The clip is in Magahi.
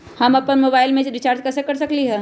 हम अपन मोबाइल में रिचार्ज कैसे कर सकली ह?